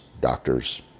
doctors